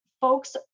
folks